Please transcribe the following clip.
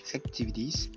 activities